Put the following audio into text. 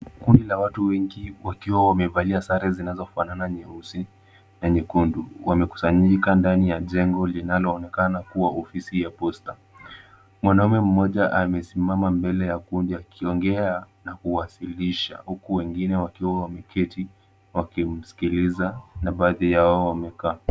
Kundi la watu wengi wakiwa wamevalia sare zinazofanana nyeusi na nyekundu. Wamekusanyika ndani ya jengo linaloonekana kuwa ofisi ya posta. Mwanaume mmoja amesimama mbele ya kundi akiongea na kuwasilisha huku wengine wakiwa wameketi wakimsikiliza na baadhi yao wamekaa.